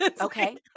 Okay